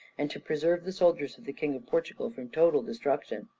and to preserve the soldiers of the king of portugal from total destruction.